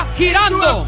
girando